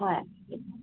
ꯍꯣꯏ